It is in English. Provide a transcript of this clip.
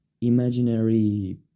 imaginary